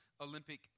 Olympic